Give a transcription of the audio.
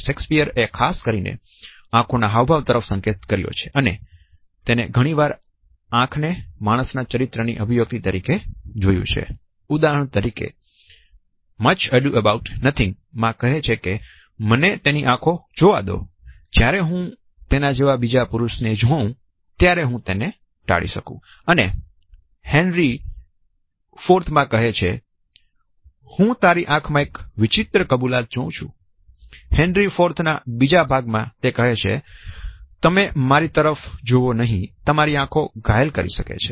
શેક્સપિયરે ખાસ કરીને આંખો ના હાવભાવ તરફ સંકેત કર્યો છે અને તેને ઘણીવાર આંખ ને માણસ ના ચારિત્ર ની અભિવ્યક્તિ તરીકે જોયું છેઉદાહરણ તરીકે તે મચ અડુ અબાઉટ નથીંગ માં કહે છે કે 'મને તેની આંખો જોવા દો જ્યારે હું તેના જેવા બીજા પુરુષ જોવ ત્યારે હું તેને ટાળી શકું' અને તે હેન્રી ફોર્થ માં કહે છે 'હું તારી આંખમાં એક વિચિત્ર કબૂલાત જોઉં છું' હેન્રી ફોર્થ ના બીજા ભાગ માં તે કહે છે 'તમે મારી તરફ જોવો નહિ તમારી આંખો ઘાયલ થઇ શકે છે